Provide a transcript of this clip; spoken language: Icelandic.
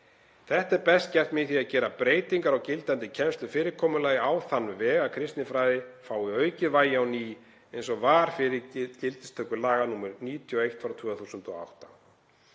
Þetta er best gert með því að gera breytingar á gildandi kennslufyrirkomulagi á þann veg að kristinfræði fái aukið vægi á ný, eins og var fyrir gildistöku laga nr. 91/2008.